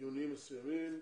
עיוניים מסוימים,